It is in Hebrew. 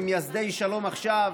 ממייסדי שלום עכשיו,